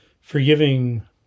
forgiving